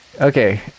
Okay